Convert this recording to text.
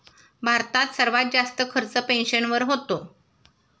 भारतात सर्वात जास्त खर्च पेन्शनवर होतो